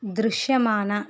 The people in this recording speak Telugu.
దృశ్యమాన